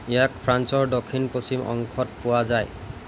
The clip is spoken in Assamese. ইয়াক ফ্ৰান্সৰ দক্ষিণ পশ্চিম অংশত পোৱা যায়